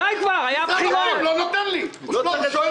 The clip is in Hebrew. מי מונע